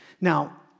Now